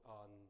on